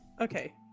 Okay